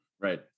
Right